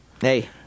hey